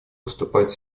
выступать